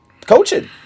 Coaching